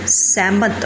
ਸਹਿਮਤ